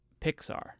Pixar